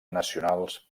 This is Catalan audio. nacionals